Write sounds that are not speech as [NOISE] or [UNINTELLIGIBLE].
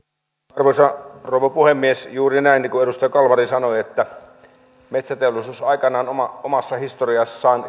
arvoisa rouva puhemies juuri näin niin kuin edustaja kalmari sanoi että metsäteollisuus aikanaan omassa historiassaan [UNINTELLIGIBLE]